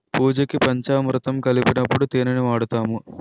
పూజకి పంచామురుతం కలిపినప్పుడు తేనిని వాడుతాము